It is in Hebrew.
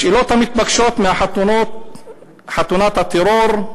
השאלות המתבקשות מחתונת הטרור: